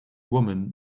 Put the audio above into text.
woman